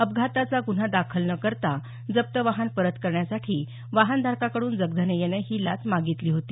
अपघाताचा गुन्हा दाखल न करता जप्त वाहन परत करण्यासाठी वाहनधारकाकडून जगधने यानं ही लाच मागितली होती